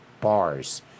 bars